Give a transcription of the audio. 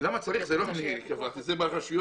למה צריך זה לא אני קבעתי, זה הרשויות.